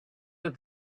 that